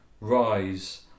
Rise